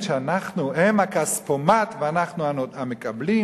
רואים משק תוסס, שהעובדים,